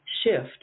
shift